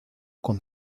con